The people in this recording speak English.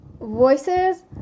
voices